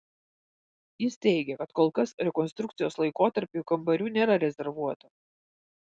jis teigia kad kol kas rekonstrukcijos laikotarpiui kambarių nėra rezervuota